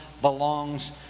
belongs